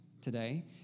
today